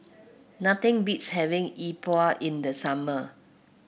nothing beats having Yi Bua in the summer